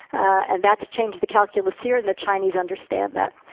and that's changed the calculus here, and the chinese understand that.